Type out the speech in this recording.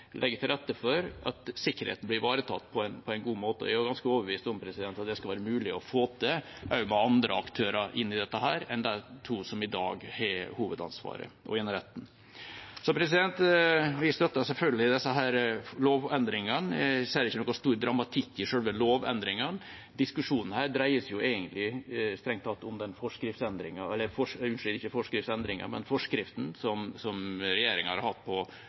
skal være mulig å få til også med andre aktører enn de to som i dag har hovedansvaret og eneretten. Vi støtter selvfølgelig disse lovendringene. Jeg ser ikke noen stor dramatikk i selve lovendringene. Diskusjonen her dreier seg strengt tatt om den forskriften som regjeringa har hatt på høring, og som åpner for nye aktører. Det burde være unødvendig å sende noe tilbake til regjeringa.